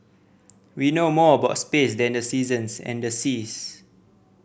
we know more about space than the seasons and the seas